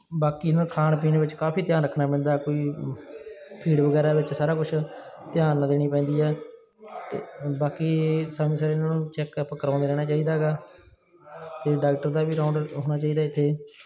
ਬਾਕੀ ਇਹਨੂੰ ਖਾਣ ਪੀਣ ਵਿੱਚ ਕਾਫੀ ਧਿਆਨ ਰੱਖਣਾ ਪੈਂਦਾ ਕੋਈ ਫੀਡ ਵਗੈਰਾ ਵਿੱਚ ਸਾਰਾ ਕੁਛ ਧਿਆਨ ਨਾਲ ਦੇਣੀ ਪੈਂਦੀ ਹੈ ਅਤੇ ਬਾਕੀ ਸਮੇਂ ਸਿਰ ਇਹਨਾਂ ਨੂੰ ਚੈੱਕ ਅਪ ਕਰਵਾਉਂਦੇ ਰਹਿਣਾ ਚਾਹੀਦਾ ਹੈਗਾ ਅਤੇ ਡਾਕਟਰ ਦਾ ਵੀ ਰਾਉਂਡ ਹੋਣਾ ਚਾਹੀਦਾ ਇੱਥੇ